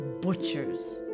butchers